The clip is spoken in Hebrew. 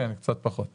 כן, קצת פחות.